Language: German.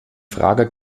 frage